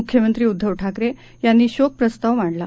मुख्यमंत्री उद्धव ठाकरे यांनी शोकप्रस्ताव मांडला